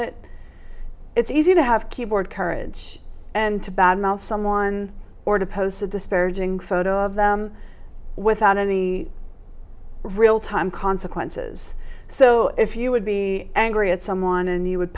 it it's easier to have keyboard courage and to bad mouth someone or to post a disparaging photo of them without any real time consequences so if you would be angry at someone and you would